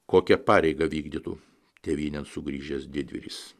kokią pareigą vykdytų tėvynėn sugrįžęs didvyris